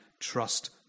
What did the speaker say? trust